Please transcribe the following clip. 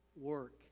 work